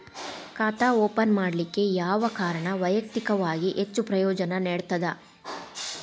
ಖಾತಾ ಓಪನ್ ಮಾಡಲಿಕ್ಕೆ ಯಾವ ಕಾರಣ ವೈಯಕ್ತಿಕವಾಗಿ ಹೆಚ್ಚು ಪ್ರಯೋಜನ ನೇಡತದ?